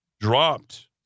dropped